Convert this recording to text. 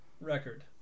record